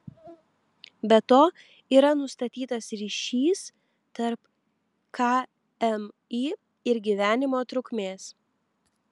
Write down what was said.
be to yra nustatytas ryšys tarp kmi ir gyvenimo trukmės